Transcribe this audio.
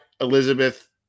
Elizabeth